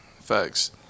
Facts